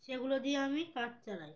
সেগুলো দিয়ে আমি কাজ চালাই